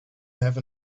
have